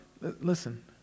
Listen